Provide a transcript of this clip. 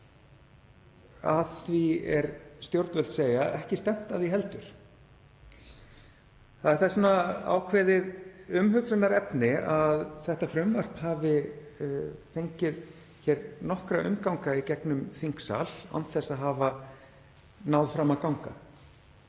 að því er stjórnvöld segja, ekki stefnt að því heldur. Það er þess vegna ákveðið umhugsunarefni að þetta frumvarp hafi fengið hér nokkra umganga í gegnum þingsal án þess að hafa náð fram að ganga